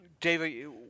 David